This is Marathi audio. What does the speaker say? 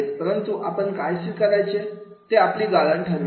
परंतु आपण काय स्वीकारायचं ते आपली गाळण ठरवेल